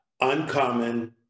uncommon